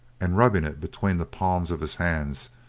and rubbing it between the palms of his hands,